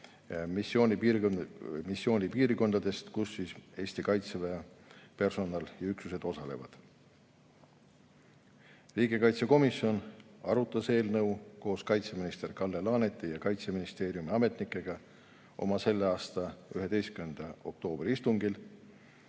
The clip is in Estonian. missioonipiirkondades, kus Eesti Kaitseväe personal ja üksused osalevad. Riigikaitsekomisjon arutas eelnõu koos kaitseminister Kalle Laaneti ja Kaitseministeeriumi ametnikega oma selle aasta 11. oktoobri istungil.